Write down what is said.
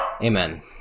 Amen